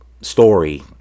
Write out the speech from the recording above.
story